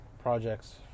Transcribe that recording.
projects